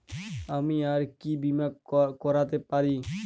আমি আর কি বীমা করাতে পারি?